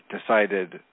decided